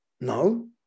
no